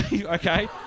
Okay